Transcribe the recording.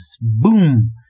boom